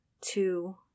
Two